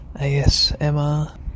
ASMR